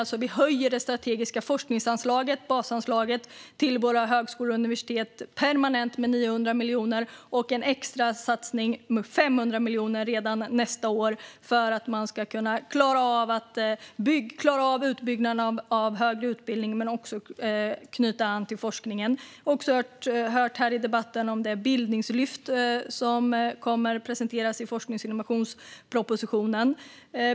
Vi höjer alltså det strategiska forskningsanslaget, basanslaget, till våra högskolor och universitet med 900 miljoner permanent. Vi gör också en extrasatsning om 500 miljoner redan nästa år för att man ska klara av utbyggnaden av högre utbildning och kunna knyta an till forskningen. Vi har också hört här i debatten om det bildningslyft som kommer att presenteras i forsknings och innovationspropositionen.